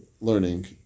learning